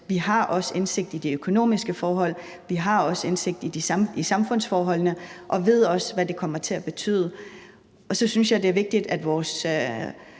har indsigt i de økonomiske forhold, at vi også har indsigt i samfundsforholdene og ved, hvad det kommer til at betyde. Så synes jeg, det er vigtigt, at vores